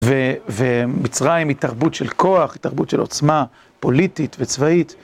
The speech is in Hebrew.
ומצרים היא תרבות של כוח, היא תרבות של עוצמה פוליטית וצבאית.